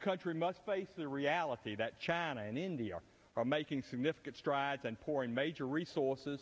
country must face the reality that china and india are making significant strides and pouring major resources